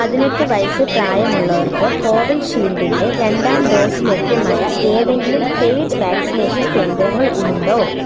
പതിനെട്ട് വയസ്സ് പ്രായമുള്ളവർക്ക് കോവിൽഷീൽഡിൻ്റെ രണ്ടാം ഡോസ് ലഭ്യമായ ഏതെങ്കിലും പെയ്ഡ് വാക്സിനേഷൻ കേന്ദ്രങ്ങൾ ഉണ്ടോ